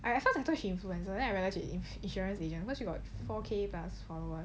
I at first I thought she influencer then I realise she is insurance agent cause she got four K plus followers